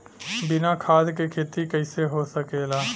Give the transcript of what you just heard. बिना खाद के खेती कइसे हो सकेला?